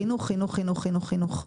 חינוך, חינוך, חינוך, חינוך.